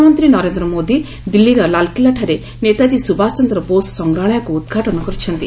ପ୍ରଧାନମନ୍ତ୍ରୀ ନରେନ୍ଦ୍ର ମୋଦି ଦିଲ୍ଲୀର ଲାଲ୍କିଲ୍ଲାଠାରେ ନେତାଜୀ ସୁଭାଷଚନ୍ଦ୍ର ବୋଷ ସଂଗ୍ରାହାଳୟକୁ ଉଦ୍ଘାଟନ କରିଛନ୍ତି